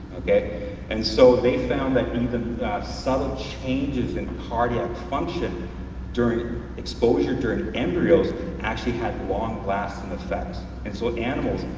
and so they found that but even subtle changes in cardiac function during exposure during embryos actually have long lasting effects. and so animals,